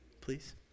please